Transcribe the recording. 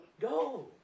Go